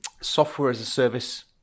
software-as-a-service